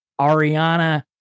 Ariana